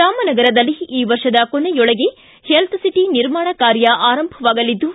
ರಾಮನಗರದಲ್ಲಿ ಈ ವರ್ಷದ ಕೊನೆಯೊಳಗೆ ಹೆಲ್ತ್ ಓಟ ನಿರ್ಮಾಣ ಕಾರ್ಯ ಆರಂಭವಾಗಲಿದ್ದು